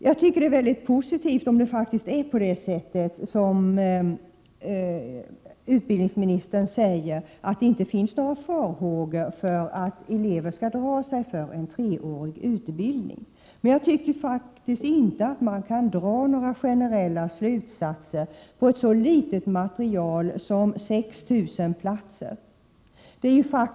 Det skulle vara väldigt positivt om eleverna inte behövde tveka inför att gå en treårig utbildning, vilket utbildningsministern också sade. Man kan dock inte dra några generella slutsatser av ett så litet material som 6 000 platser.